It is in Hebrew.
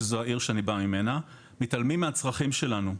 שזו העיר שאני בא ממנה מתעלמים מהצרכים שלנו.